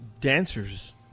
Dancers